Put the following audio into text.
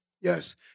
Yes